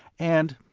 and